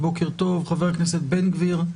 חבר הכנסת בן גביר,